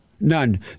None